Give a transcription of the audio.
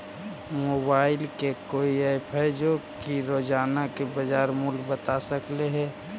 Mobile के कोइ app है जो कि रोजाना के बाजार मुलय बता सकले हे?